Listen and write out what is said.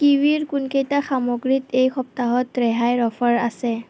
কিৱিৰ কোনকেইটা সামগ্ৰীত এই সপ্তাহত ৰেহাইৰ অফাৰ আছে